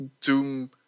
Doom